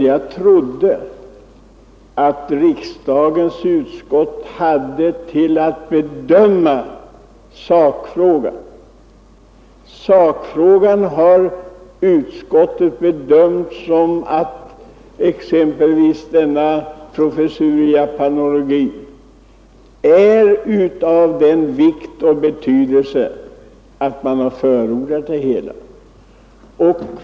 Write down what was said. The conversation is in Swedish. Jag trodde att riksdagens utskott hade till uppgift att bedöma sakfrågorna. Beträffande exempelvis denna professur i japanologi har utskottet bedömt sakfrågan så att en professur är av sådan vikt och betydelse att utskottet har förordat ett inrättande av professuren.